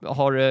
har